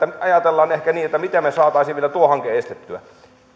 ja täällä ajatellaan ehkä niin että miten me saisimme vielä tuon hankkeen estettyä